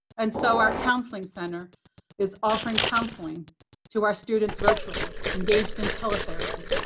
and so our counseling center is offering counseling to our students virtually, engaged in teletherapy.